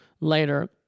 later